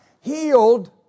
Healed